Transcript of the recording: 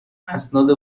اسناد